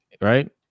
right